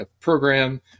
program